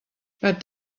but